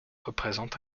représente